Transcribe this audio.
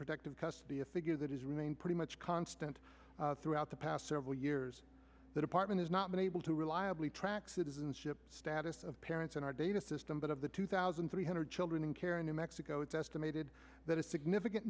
protective custody a figure that has remained pretty much constant throughout the past several years the department has not been able to reliably track citizenship status of parents in our data system but of the two thousand three hundred children in care in new mexico it's estimated that a significant